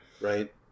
right